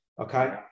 Okay